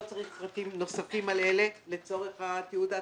צריך פרטים נוספים עליהם לצורך התיעוד העצמי.